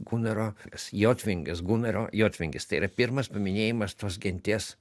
gunaro jotvingis gunaro jotvingis tai yra pirmas paminėjimas tos genties